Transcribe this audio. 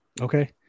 Okay